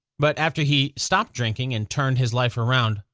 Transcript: but after he stopped drinking and turned his life around,